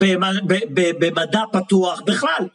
במדע פתוח בכלל